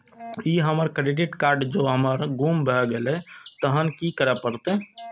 ई हमर credit card जौं हमर गुम भ गेल तहन की करे परतै?